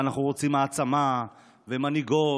ואנחנו רוצים העצמה ומנהיגות,